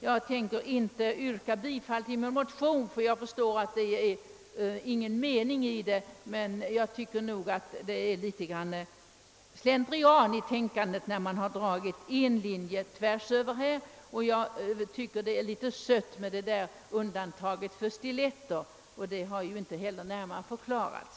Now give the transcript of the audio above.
Jag ämnar inte yrka bifall till min motion, eftersom jag förstår att det inte skulle vara någon mening i att göra det, men jag tycker att man gått för slentrianmässigt till väga när man skurit alla åldersgränser över en kam. Det där undantaget för stiletter verkar ju näpet, och det har inte heller närmare motiverats.